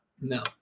No